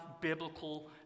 biblical